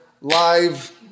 live